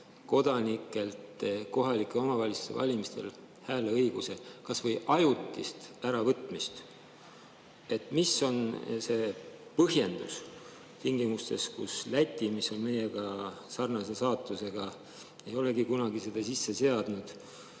kodanikelt kohalike omavalitsuste valimistel hääleõiguse kas või ajutist äravõtmist? Mis on see põhjendus, tingimustes, kus Läti, kes on meiega sarnase saatusega, ei olegi kunagi seda sisse seadnud?